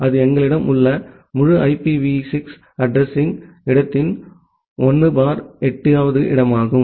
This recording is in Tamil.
அது எங்களிடம் உள்ள முழு ஐபிவி 6 அட்ரஸிங் இடத்தின் 18 வது இடமாகும்